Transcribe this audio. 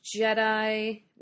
Jedi